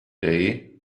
day